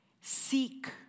Seek